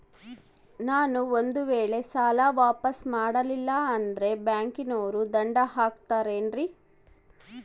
ನಾನು ಒಂದು ವೇಳೆ ಸಾಲ ವಾಪಾಸ್ಸು ಮಾಡಲಿಲ್ಲಂದ್ರೆ ಬ್ಯಾಂಕನೋರು ದಂಡ ಹಾಕತ್ತಾರೇನ್ರಿ?